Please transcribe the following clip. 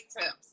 tips